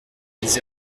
les